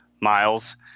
miles